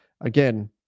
again